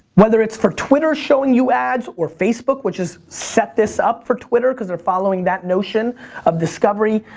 whether it's for twitter showing you ads, or facebook which has set this up for twitter cause they're following that notion of discovery.